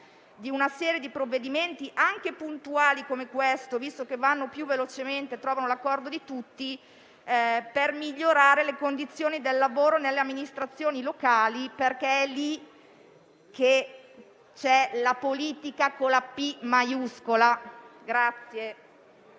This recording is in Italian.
di una serie di provvedimenti, anche puntuali come questo, visto che il loro *iter* procede più velocemente e trovano l'accordo di tutti, per migliorare le condizioni di lavoro nelle amministrazioni locali, perché è lì che c'è la politica con la P maiuscola